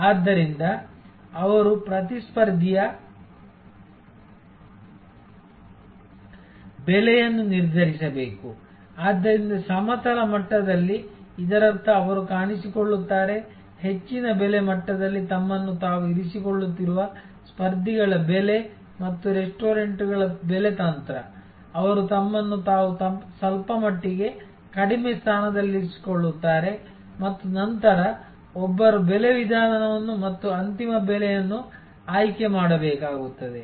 ಆದ್ದರಿಂದ ಅವರು ಪ್ರತಿಸ್ಪರ್ಧಿಯ ಬೆಲೆಯನ್ನು ನಿರ್ಧರಿಸಬೇಕು ಆದ್ದರಿಂದ ಸಮತಲ ಮಟ್ಟದಲ್ಲಿ ಇದರರ್ಥ ಅವರು ಕಾಣಿಸಿಕೊಳ್ಳುತ್ತಾರೆ ಹೆಚ್ಚಿನ ಬೆಲೆ ಮಟ್ಟದಲ್ಲಿ ತಮ್ಮನ್ನು ತಾವು ಇರಿಸಿಕೊಳ್ಳುತ್ತಿರುವ ಸ್ಪರ್ಧಿಗಳ ಬೆಲೆ ಮತ್ತು ರೆಸ್ಟೋರೆಂಟ್ಗಳ ಬೆಲೆ ತಂತ್ರ ಅವರು ತಮ್ಮನ್ನು ತಾವು ಸ್ವಲ್ಪಮಟ್ಟಿಗೆ ಕಡಿಮೆ ಸ್ಥಾನದಲ್ಲಿರಿಸಿಕೊಳ್ಳುತ್ತಾರೆ ಮತ್ತು ನಂತರ ಒಬ್ಬರು ಬೆಲೆ ವಿಧಾನವನ್ನು ಮತ್ತು ಅಂತಿಮ ಬೆಲೆಯನ್ನು ಆಯ್ಕೆ ಮಾಡಬೇಕಾಗುತ್ತದೆ